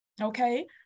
okay